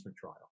trial